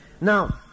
Now